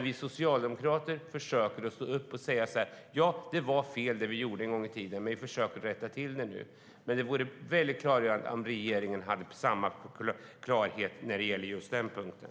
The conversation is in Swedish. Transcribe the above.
Vi socialdemokrater försöker att stå upp och säga: Det var fel det vi gjorde en gång i tiden, men vi försöker nu rätta till det. Det vore väldigt välgörande om regeringen hade samma klarhet på den punkten.